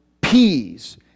peas